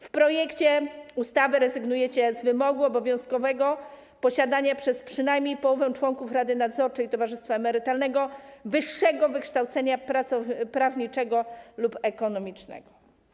W projekcie ustawy rezygnujecie z wymogu obowiązkowego posiadania przez przynajmniej połowę członków rady nadzorczej towarzystwa emerytalnego wyższego wykształcenia prawniczego lub ekonomicznego.